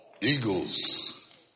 eagles